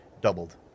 doubled